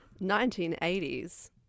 1980s